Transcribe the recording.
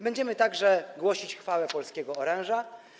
Będziemy także głosić chwałę polskiego oręża.